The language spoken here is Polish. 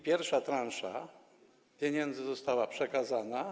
Pierwsza transza pieniędzy została przekazana.